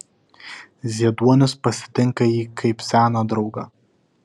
zieduonis pasitinka jį kaip seną draugą